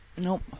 Nope